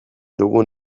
dugun